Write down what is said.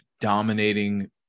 dominating